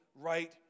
right